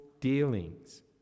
dealings